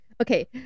okay